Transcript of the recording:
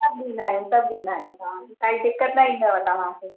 सभु ॾींदा आहियूं सभु ॾींदा आहियूं तव्हांखे काई दिक़तु न ईंदव तव्हांखे